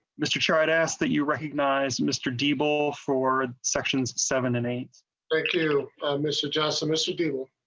mister chair i ask that you recognize mister de ball for sections seven eight thank you miss adjustments. you do.